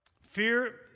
Fear